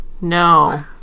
No